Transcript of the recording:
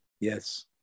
Yes